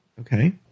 Okay